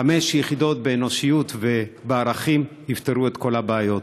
חמש יחידות באנושיות וערכים יפתרו את כל הבעיות.